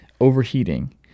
overheating